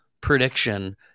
prediction